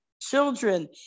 children